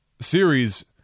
series